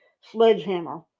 Sledgehammer